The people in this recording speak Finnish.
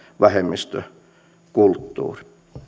vähemmistökulttuuri